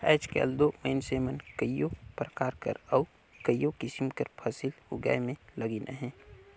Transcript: आएज काएल दो मइनसे मन कइयो परकार कर अउ कइयो किसिम कर फसिल उगाए में लगिन अहें